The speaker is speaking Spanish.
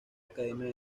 academia